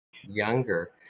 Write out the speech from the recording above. younger